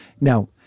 now